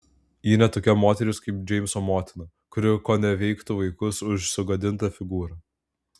ji ne tokia moteris kaip džeimso motina kuri koneveiktų vaikus už sugadintą figūrą